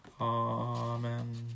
Amen